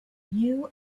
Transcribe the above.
you